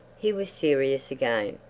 he was serious again.